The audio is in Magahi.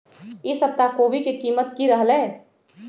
ई सप्ताह कोवी के कीमत की रहलै?